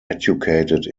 educated